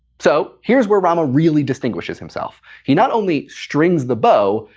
so, here's where rama really distinguishes himself. he not only strings the bow,